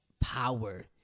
power